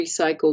recycled